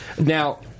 Now